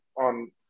on